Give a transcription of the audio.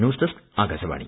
news desk Akashvani